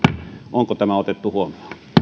onko tämä otettu